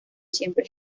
siempre